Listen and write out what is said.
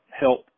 help